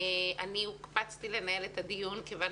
אני הוקפצתי לנהל את הדיון מכיוון